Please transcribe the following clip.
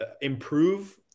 improve